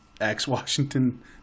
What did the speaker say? ex-Washington